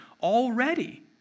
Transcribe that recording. Already